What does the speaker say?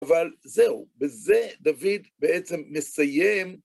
אבל זהו, בזה דוד בעצם מסיים.